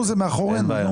נו, נו, זה מאחורינו, נו.